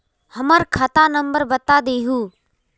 हमर खाता नंबर बता देहु?